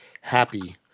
Happy